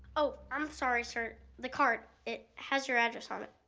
oh, i'm sorry, sir, the card, it has your address on it.